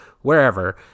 wherever